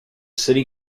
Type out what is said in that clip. city